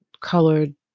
colored